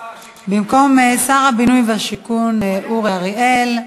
במקום שר הבינוי והשיכון אורי אריאל.